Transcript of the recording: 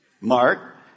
Mark